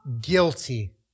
guilty